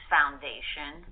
Foundation